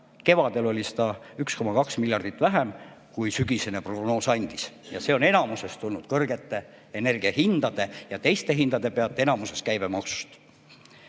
Kevadel oli seda 1,2 miljardit vähem, kui sügisene prognoos [ette nägi], ja see on enamuses tulnud kõrgete energiahindade ja teiste hindade pealt, enamuses käibemaksust.